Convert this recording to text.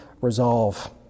resolve